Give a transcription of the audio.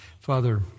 Father